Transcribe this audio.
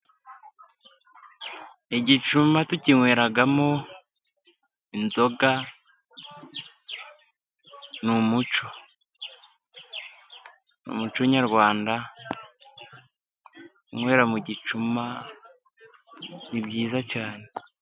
Igicuma tukinyweramo inzoga, ni umuco nyarwanda. Kunywera mu gicuma ni byiza cyane.